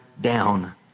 down